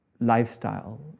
lifestyle